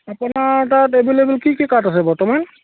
আপোনাৰ তাত এভেইলেবল কি কি কাঠ আছে বৰ্তমান